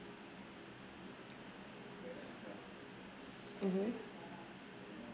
mmhmm